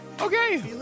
okay